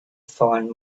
find